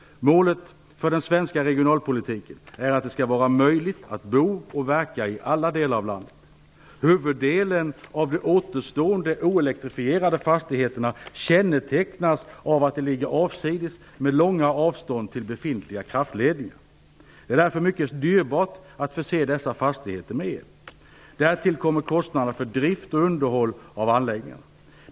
Målet för den svenska regionalpolitiken är att det skall vara möjligt att bo och verka i alla delar av landet. Huvuddelen av de återstående oelektrifierade fastigheterna kännetecknas av att de ligger avsides, med långa avstånd till befintliga kraftledningar. Det är därför mycket dyrbart att förse dessa fastigheter med el. Därtill kommer kostnader för drift och underhåll av anläggningarna.